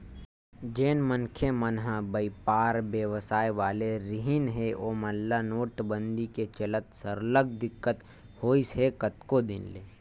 जेन मनखे मन ह बइपार बेवसाय वाले रिहिन हे ओमन ल नोटबंदी के चलत सरलग दिक्कत होइस हे कतको दिन ले